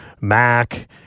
Mac